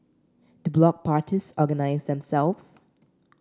do block parties organise themselves